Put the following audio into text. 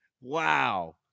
wow